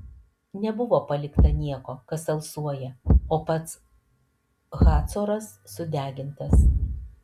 nebuvo palikta nieko kas alsuoja o pats hacoras sudegintas